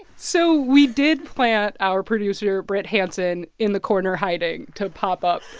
so we did plant our producer, brit hanson, in the corner, hiding to pop up.